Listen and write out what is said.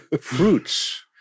fruits